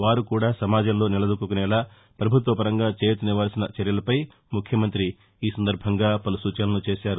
వారు కూడా సమాజంలో నిలదొక్కుకునేలా పభుత్వ పరంగా చేయూతనివ్వాల్సిన చర్యలపై ముఖ్యమంత్రి పలు సూచనలు చేశారు